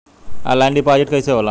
Online deposit कैसे होला?